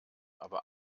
aber